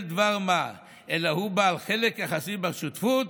דבר מה אלא הוא בעל חלק יחסי בשותפות,